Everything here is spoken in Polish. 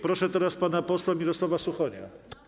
Proszę teraz pana posła Mirosława Suchonia.